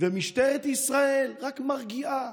ומשטרת ישראל רק מרגיעה